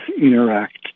interact